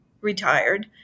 retired